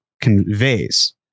conveys